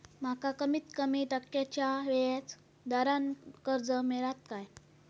माका कमीत कमी टक्क्याच्या व्याज दरान कर्ज मेलात काय?